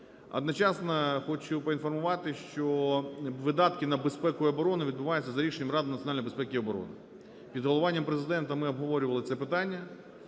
Одночасно хочу поінформувати, що видатки на безпеку і оборону відбуваються за рішенням Ради національної безпеки і оборони. Під головуванням Президента ми обговорювали це питання